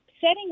setting